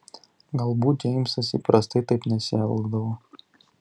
galbūt džeimsas įprastai taip nesielgdavo